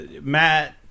Matt